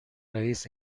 رئیس